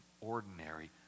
ordinary